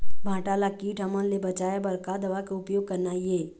भांटा ला कीट हमन ले बचाए बर का दवा के उपयोग करना ये?